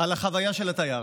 גם על החוויה של התייר,